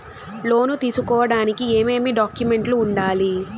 లోను తీసుకోడానికి ఏమేమి డాక్యుమెంట్లు ఉండాలి